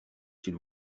s’il